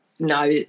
No